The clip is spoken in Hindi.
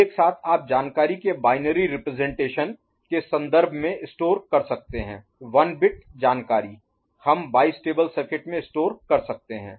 तो एक साथ आप जानकारी के binary representation Binary Representation binary प्रतिनिधित्व के संदर्भ में स्टोर कर सकते हैं 1 बिट जानकारी हम बाईस्टेबल सर्किट में स्टोर कर सकते हैं